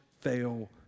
fail